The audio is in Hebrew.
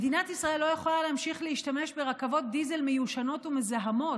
מדינת ישראל לא יכולה להמשיך להשתמש ברכבות דיזל מיושנות ומזהמות,